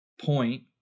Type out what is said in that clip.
point